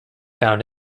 found